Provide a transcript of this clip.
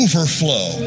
Overflow